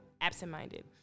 absent-minded